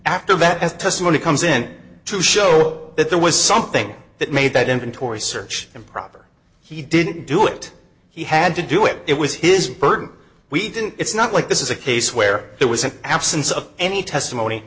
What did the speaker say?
after that testimony comes in to show that there was something that made that inventory search improper he didn't do it he had to do it it was his burden we didn't it's not like this is a case where there was an absence of any testimony